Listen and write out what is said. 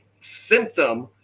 symptom